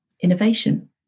innovation